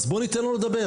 אז בוא ניתן לו לדבר.